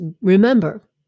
remember